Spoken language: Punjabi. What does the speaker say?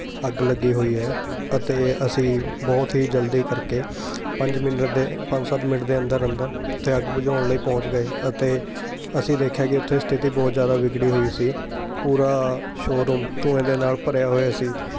ਅੱਗ ਲੱਗੀ ਹੋਈ ਹੈ ਅਤੇ ਅਸੀਂ ਬਹੁਤ ਹੀ ਜਲਦੀ ਕਰਕੇ ਪੰਜ ਮਿੰਟ ਦੇ ਪੰਜ ਸੱਤ ਮਿੰਟ ਦੇ ਅੰਦਰ ਅੰਦਰ ਉੱਥੇ ਅੱਗ ਬੁਝਾਉਣ ਲਈ ਪਹੁੰਚ ਗਏ ਅਤੇ ਅਸੀਂ ਦੇਖਿਆ ਕਿ ਉਥੇ ਸਥਿਤੀ ਬਹੁਤ ਜ਼ਿਆਦਾ ਵਿਗੜੀ ਹੋਈ ਸੀ ਪੂਰਾ ਸ਼ੋਅਰੂਮ ਧੂੰਏ ਦੇ ਨਾਲ ਭਰਿਆ ਹੋਇਆ ਸੀ